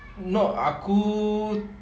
no aku